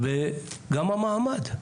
וגם המעמד,